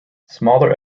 smaller